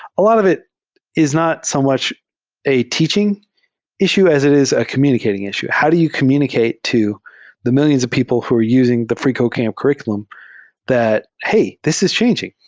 a lot of it is not so much a teaching issue as it is a communicating issue. how do you communicate to the mil lions of people who are using the freecodecamp curr iculum that, hey! this is changing.